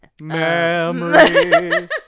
Memories